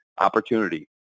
opportunity